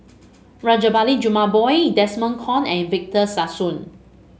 Rajabali Jumabhoy Desmond Kon and Victor Sassoon